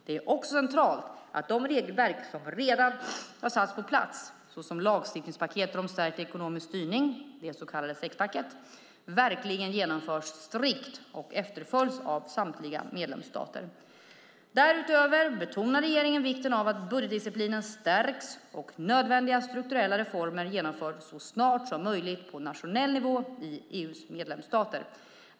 Det är också centralt att de regelverk som redan satts på plats, såsom lagstiftningspaketet om stärkt ekonomisk styrning, den så kallade sexpacken, verkligen genomförs strikt och efterföljs av samtliga medlemsstater. Därutöver betonar regeringen vikten av att budgetdisciplinen stärks och nödvändiga strukturella reformer genomförs så snart som möjligt på nationell nivå i EU:s medlemsstater.